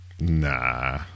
Nah